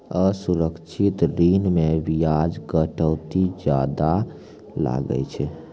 असुरक्षित ऋण मे बियाज कटौती जादा लागै छै